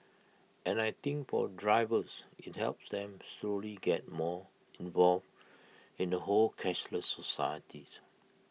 and I think for drivers IT helps them slowly get more involved in the whole cashless society